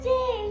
Day